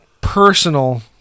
personal